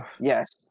Yes